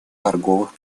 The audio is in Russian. торговых